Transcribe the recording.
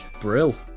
Brill